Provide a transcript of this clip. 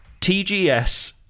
TGS